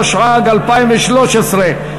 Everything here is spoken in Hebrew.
התשע"ג 2013,